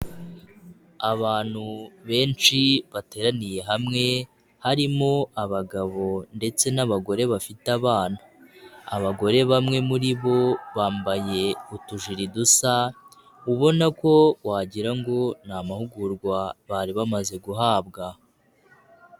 Abantu benshi bateraniye hamwe, harimo abagabo ndetse n'abagore bafite abana, abagore bamwe muri bo bambaye utujeri dusa, ubona ko wagirango ngo ni amahugurwa bari bamaze guhabwa.